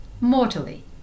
mortally